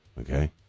okay